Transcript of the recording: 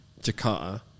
Jakarta